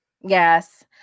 Yes